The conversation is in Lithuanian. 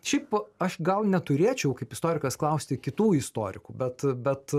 šiaip aš gal neturėčiau kaip istorikas klausti kitų istorikų bet bet